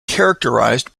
characterised